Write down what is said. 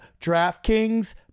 DraftKings